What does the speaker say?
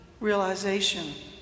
realization